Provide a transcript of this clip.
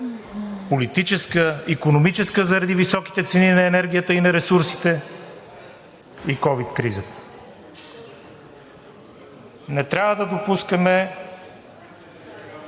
политическа, икономическа заради високите цени на енергията и на ресурсите, и ковид кризата. Не трябва да допускаме